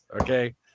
okay